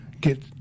get